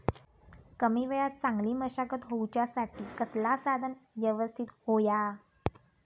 कमी वेळात चांगली मशागत होऊच्यासाठी कसला साधन यवस्तित होया?